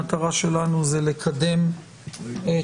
המטרה שלנו היא לקדם את